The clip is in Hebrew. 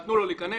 נתנו לו להיכנס.